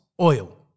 Oil